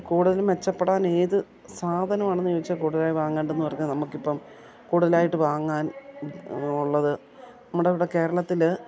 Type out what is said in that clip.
കൂടുതലും മെച്ചപ്പെടാൻ ഏത് സാധനമാണെന്ന് ചോദിച്ചാൽ കൂടുതലായി വാങ്ങേണ്ടതെന്ന് പറഞ്ഞാൽ നമുക്കിപ്പം കൂടുതലായിട്ട് വാങ്ങാൻ ഉള്ളത് നമ്മുടെ ഇവിടെ കേരളത്തിൽ